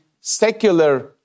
secular